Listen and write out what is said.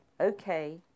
Okay